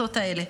המפלצות האלה.